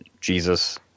Jesus